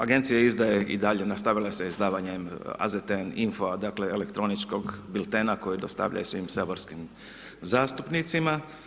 Agencija izdaje i dalje, nastavila je sa izdavanjem AZTN info, dakle elektroničkog biltena koji dostavlja i svim saborskim zastupnicima.